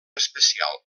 especial